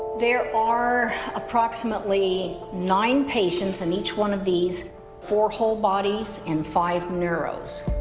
there are approximately nine patients and each one of these four whole bodies and five neuros.